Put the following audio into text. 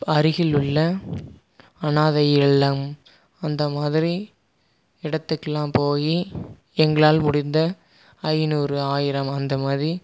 அருகில் உள்ள அனாதை இல்லம் அந்த மாதிரி இடத்துக்கெலாம் போய் எங்களால் முடிந்த ஐநூறு ஆயிரம் அந்தமாதிரி